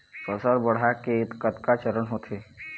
फसल बाढ़े के कतका चरण होथे?